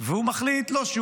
והוא מחליט --- לא,